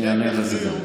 אני אענה לך.